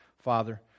Father